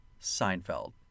Seinfeld